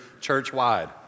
church-wide